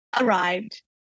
arrived